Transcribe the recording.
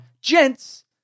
gents